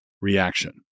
reaction